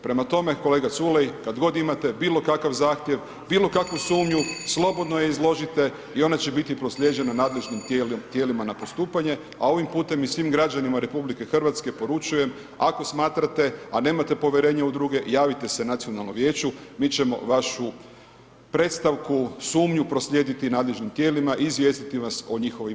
Prema tome, kolega Culej kad god imate bilo kakav zahtjev, bilo kakvu sumnju slobodno je izložite i ona će biti proslijeđena nadležnim tijelima na postupanje, a ovim putem i svim građanima RH poručujem ako smatrate, a nemate povjerenje u druge javite se nacionalnom vijeću, mi ćemo vašu predstavku, sumnju proslijediti nadležnim tijelima i izvijestiti vas o njihovim nalazima.